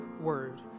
word